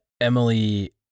Emily